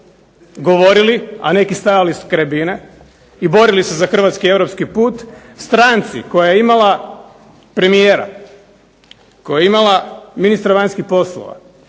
govorili, a neki stajali kraj bine i borili se za hrvatski europski put, stranci koja je imala premijera, koja je imala ministra vanjskih poslova,